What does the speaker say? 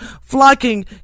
flocking